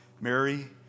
Mary